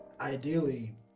ideally